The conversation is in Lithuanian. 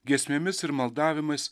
giesmėmis ir maldavimais